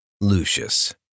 Lucius